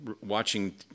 watching